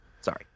Sorry